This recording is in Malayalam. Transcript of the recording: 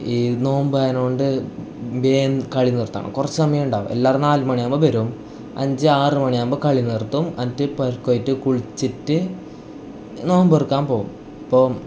ഈ നോമ്പായതുകൊണ്ട് വേഗം കളി നിർത്തണം കുറച്ച് സമയം ഉണ്ടാവും എല്ലാവരും നാല് മണി ആവുമ്പം വരും അഞ്ച് ആറ് മണി ആവുമ്പോൾ കളി നിർത്തും അൻറ്റ് പെരയ്ക്ക് പോയിട്ട് കുളിച്ചിട്ട് നോമ്പ് തുറക്കാൻ പോവും അപ്പം